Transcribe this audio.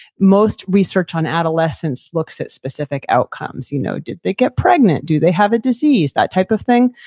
most research on adolescence looks at specific outcomes. you know did they get pregnant? do they have a disease, that type of thing.